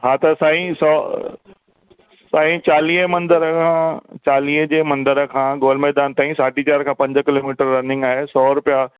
हा त साईं सौ साईं चालीह मंदर खां चालीह जे मंदर खां गोल मैदान ताईं साढी चारि खां पंज किलोमीटर रनिंग आहे सौ रुपिया